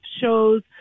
shows